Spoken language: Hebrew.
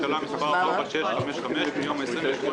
הוא מפרט הסבר על 120 מיליון שקלים מתוך פנייה של 243 מיליון שקלים.